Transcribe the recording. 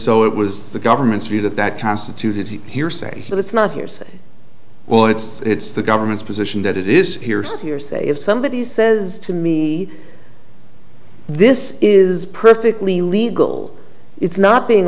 so it was the government's view that that constituted hearsay but it's not hearsay well it's the government's position that it is hearsay hearsay if somebody says to me this is perfectly legal it's not being